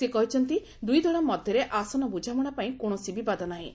ସେ କହିଛନ୍ତି ଦୁଇ ଦଳ ମଧ୍ୟରେ ଆସନ ବୁଝାମଣା ପାଇଁ କୌଣସି ବିବାଦ ନାହିଁ